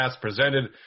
presented